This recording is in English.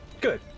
good